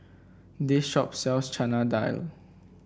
this shop sells Chana Dal